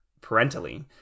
parentally